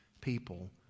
people